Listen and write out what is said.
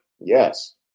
Yes